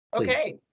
Okay